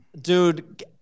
Dude